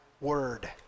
word